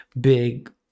big